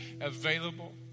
available